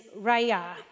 raya